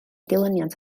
dilyniant